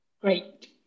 Great